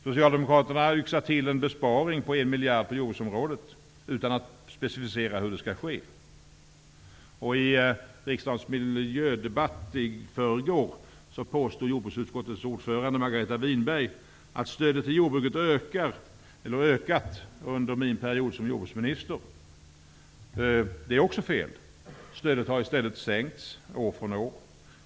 Socialdemokraterna har yxat till en besparing på en miljard på jordbruksområdet utan att specificera hur det skall ske. I riksdagens miljödebatt i förrgår påstod jordbruksutskottets ordförande Margareta Winberg att stödet till jordbruket ökat under min period som jordbruksminister. Det är också fel. Stödet har i stället sänkts år från år.